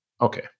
Okay